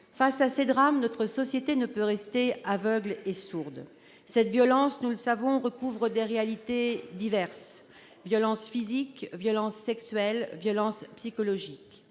Devant ces drames, notre société ne peut rester aveugle et sourde. Cette violence, nous le savons, recouvre des réalités diverses : violences physiques, violences sexuelles, violences psychologiques.